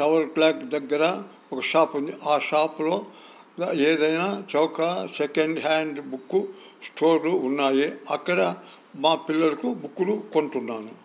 tower block దగ్గర ఒక shop ఉంది ఆ షాప్లో ఇలా ఏదైనా చౌక సెకండ్ హ్యాండ్ బుక్కు స్టోర్లు ఉన్నాయి అక్కడ మా పిల్లలకి బుక్కులు కొంటున్నాను